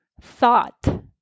thought